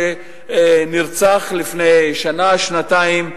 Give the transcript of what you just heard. שנרצח לפני שנה או שנתיים,